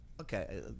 okay